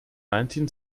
nineteen